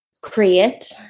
create